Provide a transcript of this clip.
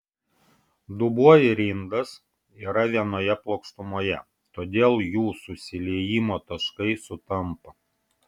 dubuo ir indas yra vienoje plokštumoje todėl jų susiliejimo taškai sutampa